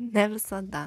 ne visada